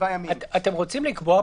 לגבי